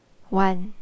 one